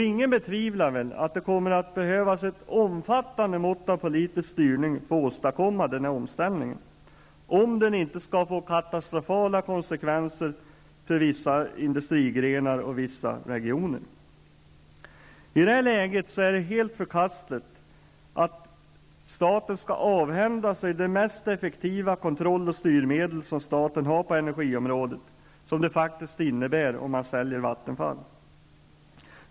Ingen betvivlar väl att det kommer att behövas ett omfattande mått av politisk styrning för att åstadkomma den omställningen, om den inte skall få katastrofala konsekvenser för vissa industrigrenar och regioner. I det läget är det helt förkastligt att staten skall avhända sig det mest effektiva kontroll och styrmedel som staten har på energiområdet, vilken en försäljning av Vattenfall faktiskt innebär.